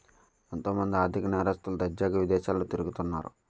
ఎంతో మంది ఆర్ధిక నేరస్తులు దర్జాగా విదేశాల్లో తిరుగుతన్నారు